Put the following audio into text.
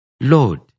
Lord